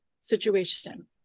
situation